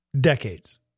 decades